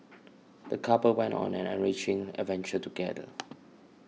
the couple went on an enriching adventure together